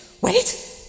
wait